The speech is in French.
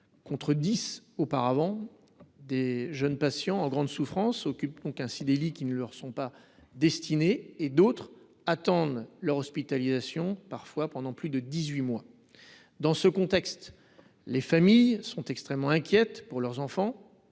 contre dix auparavant. De jeunes patients en grande souffrance occupent donc des lits qui ne leur sont pas destinés ; d’autres attendent leur hospitalisation, parfois pendant plus de dix-huit mois. Dans ce contexte, les familles sont extrêmement inquiètes pour leurs enfants